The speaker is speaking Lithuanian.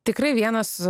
tikrai vienas